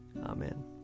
Amen